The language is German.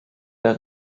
der